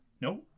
No